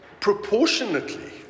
proportionately